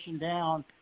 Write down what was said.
down